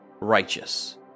Righteous